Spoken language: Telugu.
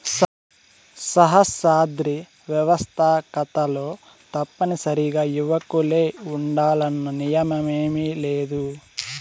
సహస్రాబ్ది వ్యవస్తాకతలో తప్పనిసరిగా యువకులే ఉండాలన్న నియమేమీలేదు